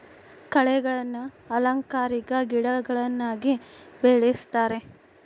ಕಳೆಗಳನ್ನ ಅಲಂಕಾರಿಕ ಗಿಡಗಳನ್ನಾಗಿ ಬೆಳಿಸ್ತರೆ